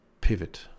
Pivot